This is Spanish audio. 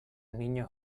niños